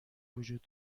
وجود